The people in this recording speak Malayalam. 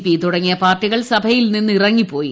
പി തുടങ്ങിയ പാർട്ടികൾ സഭയിൽ നിന്ന് ഇറങ്ങിപ്പോയി